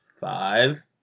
Five